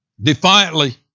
Defiantly